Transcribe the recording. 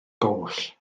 goll